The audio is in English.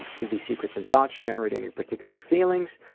do these secrets and thoughts generate any particular feelings?